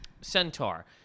Centaur